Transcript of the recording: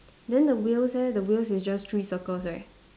then the wheels eh the wheels is just three circles right